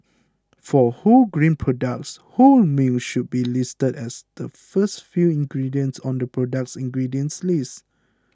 for wholegrain products whole grain should be listed as the first few ingredients on the product's ingredients list